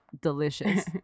Delicious